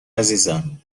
عزیزم